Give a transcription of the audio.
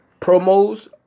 promos